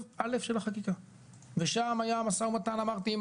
א' של החקיקה ושם היה המשא ומתן אמרתי לכם כבר,